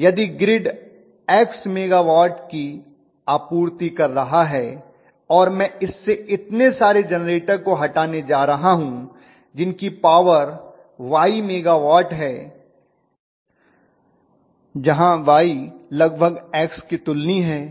यदि grid X megawatt की आपूर्ति कर रहा है और मैं इससे इतने सारे जेनरेटर को हटाने जा रहा हूं जिनकी पॉवर Y मेगावाट है जहां Y लगभग X के तुलनीय है